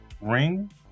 Ring